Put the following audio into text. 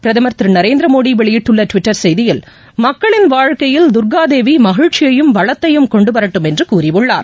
பிரதமர் திரு நரேந்திரமோடி வெளியிட்டுள்ள டுவிட்டர் செய்தியில் மக்களின் வாழ்க்கையில் தர்காதேவி மகிழ்ச்சியையும் வளத்தையும் கொண்டு வரட்டும் என்று கூறியுள்ளார்